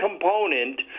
component